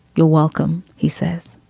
you're welcome. he says